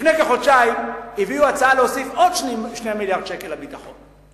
לפני כחודשיים הביאו הצעה להוסיף עוד 2 מיליארדי שקל לביטחון.